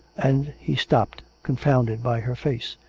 and he stopped, confounded by her face.